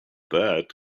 that